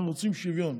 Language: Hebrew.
אנחנו רוצים שוויון,